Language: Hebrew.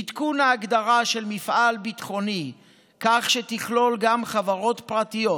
עדכון ההגדרה של מפעל ביטחוני כך שתכלול גם חברות פרטיות,